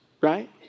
right